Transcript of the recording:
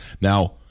Now